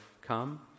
come